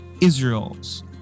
Israel's